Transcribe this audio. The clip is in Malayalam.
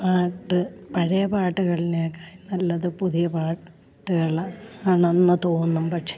പാട്ട് പഴയ പാട്ടുകളേക്കാളും നല്ലത് പുതിയ പാട്ടുകളാണെന്ന് തോന്നും പക്ഷെ